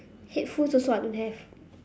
headphones also I don't have